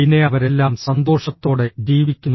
പിന്നെ അവരെല്ലാം സന്തോഷത്തോടെ ജീവിക്കുന്നു